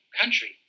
country